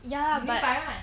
ya but